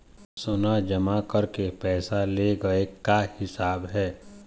सोना जमा करके पैसा ले गए का हिसाब हे?